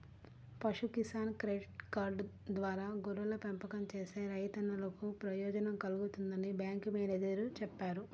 పశు Kisan credit card ద్వారా గొర్రెల పెంపకం చేసే రైతన్నలకు ప్రయోజనం కల్గుతుందని బ్యాంకు మేనేజేరు చెప్పారు